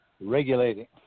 regulating